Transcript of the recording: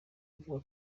avuga